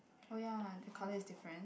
oh ya the colour is different